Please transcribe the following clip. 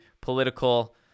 political